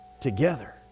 together